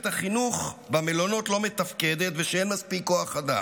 החינוך במלונות לא מתפקדת ושאין מספיק כוח אדם.